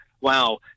wow